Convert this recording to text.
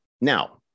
Now